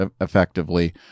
effectively